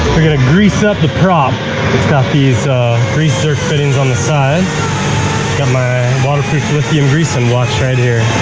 we're going to grease up the prop. it's got these grease zerk fittings on the side. got my waterproof lithium grease on watch right here.